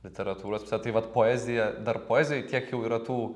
literatūros pse taip vat poezija dar poezijoj tiek jau yra tų